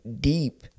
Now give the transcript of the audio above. deep